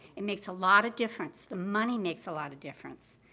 it makes a lot of difference. the money makes a lot of difference.